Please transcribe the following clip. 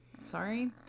Sorry